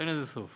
אין לזה סוף.